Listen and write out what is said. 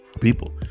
people